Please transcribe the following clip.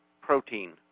protein